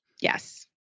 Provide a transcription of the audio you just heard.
Yes